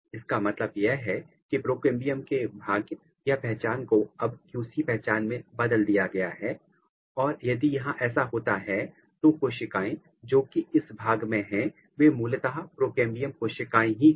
इसका मतलब यह है कि प्रोकाम्बियम के भाग्य या पहचान को अब क्यू सी पहचान में बदल दिया गया है और यदि यहां ऐसा होता है तो कोशिकाएं जो कि इस भाग में है वे मूलतः प्रोकेंबियम कोशिकाएं ही थी